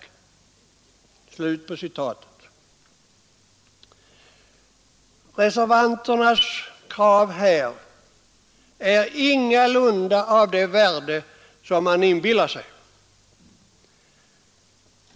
Reservanternas krav är ingalunda av det värde som man inbillar sig.